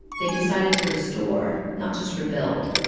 they decided to restore not just rebuild,